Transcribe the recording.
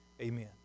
amen